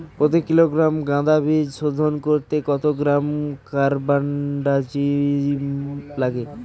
প্রতি কিলোগ্রাম গাঁদা বীজ শোধন করতে কত গ্রাম কারবানডাজিম লাগে?